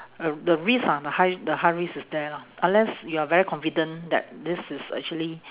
uh the risk ah the high the high risk is there lor unless you are very confident that this is actually